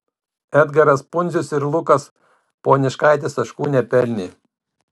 edgaras pundzius ir lukas poniškaitis taškų nepelnė